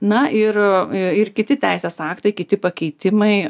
na ir ir kiti teisės aktai kiti pakeitimai